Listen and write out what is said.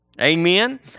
Amen